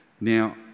Now